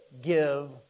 give